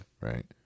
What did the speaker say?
right